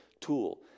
tool